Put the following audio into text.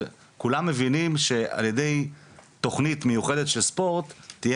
כולם מבינים שעל ידי תכנית מיוחדת של ספורט תהיה